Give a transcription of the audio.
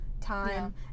time